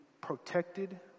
protected